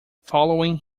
following